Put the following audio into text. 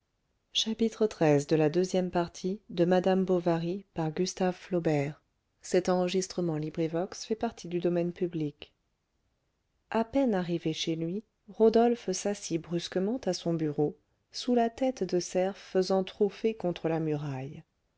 à peine arrivé chez lui rodolphe s'assit brusquement à son bureau sous la tête de cerf faisant trophée contre la muraille